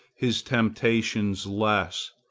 his temptations less.